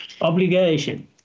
obligation